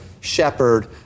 shepherd